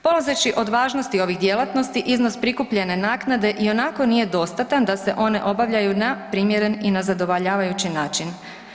Polazeći od važnosti ovih djelatnosti iznos prikupljene naknade ionako nije dostatan da se one obavljaju na primjeren i na zadovoljavajući način.